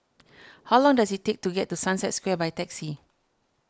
how long does it take to get to Sunset Square by taxi